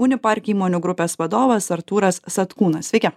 unipark įmonių grupės vadovas artūras satkūnas sveiki